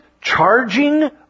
charging